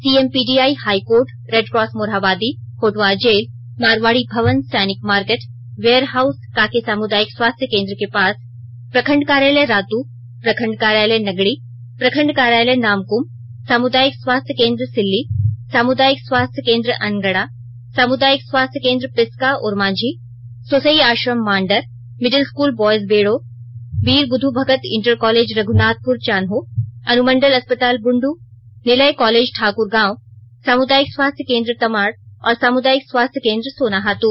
CMPDI high court red cross Morhabadi Hotwar jail Marwari Bhawan Sainik market warehouse Kanke सामुदायिक स्वास्थ्य केंद्र के पास प्रखंड कार्यालय रात प्रखंड कार्यालय नगड़ी प्रखंड कार्यालय नामक्म सामुदायिक स्वास्थ्य केंद्र सिल्ली सामुदायिक स्वास्थ्य केंद्र अनगड़ा सामुदायिक स्वास्थ्य केंद्र Piska Ormanjhi Sosai Ashram Mandar middle school boys Bero Bir Buddha Bhagat inter college Raghunathpur Chanho अनुमंडल अस्पताल बुंडू निलय कॉलेज ठाकुरगांव सामुदायिक स्वास्थ्य केंद्र तमाड़ और सामुदायिक स्वास्थ्य केंद्र सोनाहातू